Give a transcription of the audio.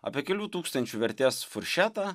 apie kelių tūkstančių vertės furšetą